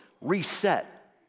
Reset